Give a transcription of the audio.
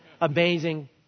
amazing